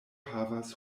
havas